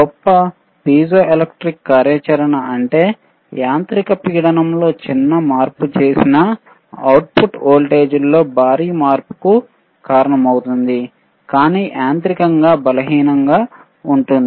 గొప్ప పైజోఎలెక్ట్రిక్ కార్యాచరణ అంటే యాంత్రిక పీడనంలో చిన్న మార్పు చేసిన అవుట్పుట్ వోల్టేజ్లో భారీ మార్పుకు కారణమవుతుంది కానీ యాంత్రికంగా బలహీనంగా ఉంటుంది